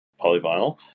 polyvinyl